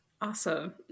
Awesome